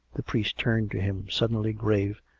the priest turned to him, suddenly grave,